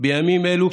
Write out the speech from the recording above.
בימים אלו,